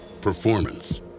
Performance